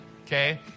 Okay